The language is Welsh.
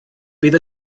bydd